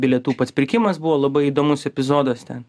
bilietų pats pirkimas buvo labai įdomus epizodas ten